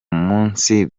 munsi